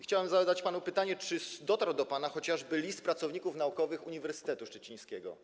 Chciałem zadać panu pytanie, czy dotarł do pana chociażby list pracowników naukowych Uniwersytetu Szczecińskiego.